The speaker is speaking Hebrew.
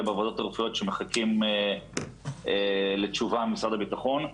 בוועדות הרפואיות שמחכים לתשובה ממשרד הביטחון.